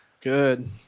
good